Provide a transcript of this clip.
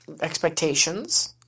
expectations